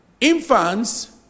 infants